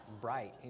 bright